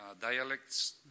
dialects